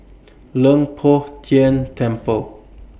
Leng Poh Tian Temple